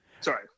Sorry